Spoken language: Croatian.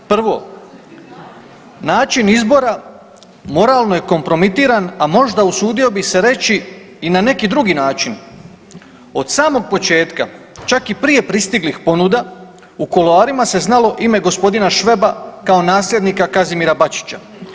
Prvo, način izbora moralno je kompromitiran, a možda usudio bi se reći i na neki drugi način, od samog početka, čak i prije pristiglih ponuda u kuloarima se znalo ime g. Šveba kao nasljednika Kazimira Bačića.